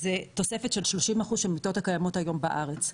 זה תוספת של 30% מהמיטות הקיימות היום בארץ.